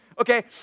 Okay